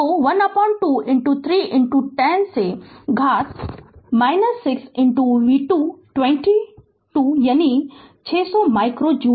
तो 12 3 10 से घात 6 v 2 20 2 यानी 600 माइक्रो जूल